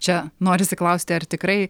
čia norisi klausti ar tikrai